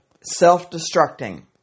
self-destructing